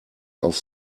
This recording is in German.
auf